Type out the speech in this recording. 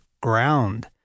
ground